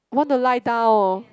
want to lie down